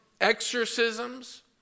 exorcisms